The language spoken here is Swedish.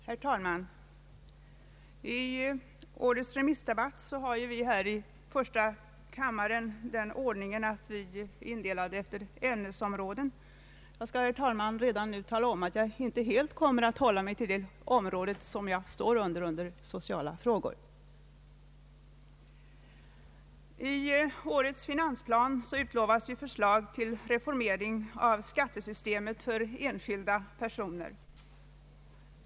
Herr talman! I årets remissdebatt har vi här i första kammaren den ordningen att vi på talarlistan är indelade efter ämnesområden. Jag skall, herr talman, redan nu erkänna att jag inte helt kommer att hålla mig till det område jag står under, nämligen sociala frågor. I årets finansplan utlovas förslag till reformering av skattesystemet för enskilda personer.